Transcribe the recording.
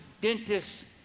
dentists